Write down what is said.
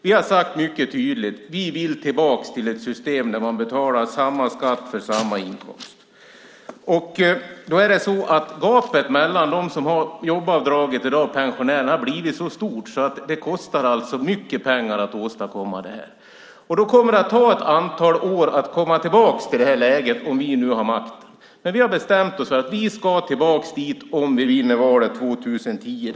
Vi har mycket tydligt sagt att vi vill tillbaka till ett system där man betalar samma skatt för samma inkomst. Gapet mellan dem som i dag har jobbskatteavdrag och dem som har pension har blivit så stort att det kostar mycket pengar för att kunna genomföra principen om samma skatt. Det kommer att ta ett antal år, om vi får makten, att komma tillbaka till det läget. Vi har dock bestämt oss för att vi, om vi vinner valet 2010, ska tillbaka dit.